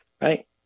right